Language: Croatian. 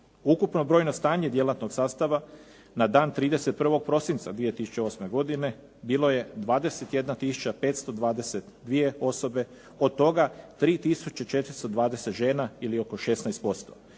Ukupno brojno stanje djelatnog sastava na dan 31. prosinca 2008. godine bilo je 21 tisuća 522 osobe od toga 3 tisuće 420 žena ili oko 16%.